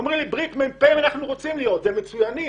אומרים לי שהם רוצים להיות מפקדי פלוגות והם אכן מצוינים